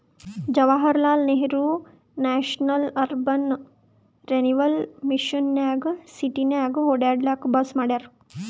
Jawaharlal Nehru national urban renewal mission ನಾಗ್ ಸಿಟಿನಾಗ್ ಒಡ್ಯಾಡ್ಲೂಕ್ ಬಸ್ ಮಾಡ್ಯಾರ್